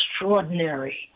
extraordinary